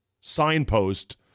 signpost